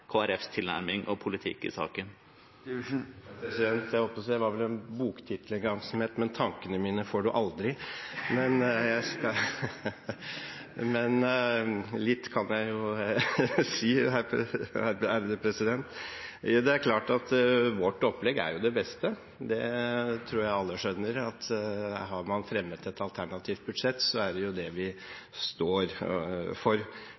Folkepartis tilnærming og politikk i saken? Det var vel en boktittel en gang som het «Men tankene mine får du aldri», men litt kan jeg jo si. Det er klart at vårt opplegg er det beste, jeg tror alle skjønner at har man fremmet et alternativt budsjett, er det jo det man står for primært. Når det gjelder det felles opplegget som vi